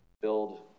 build